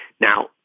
Now